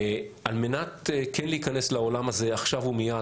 על מנת כן להיכנס לעולם הזה עכשיו ומייד,